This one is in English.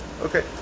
Okay